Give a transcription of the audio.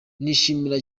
nishimira